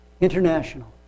International